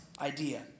idea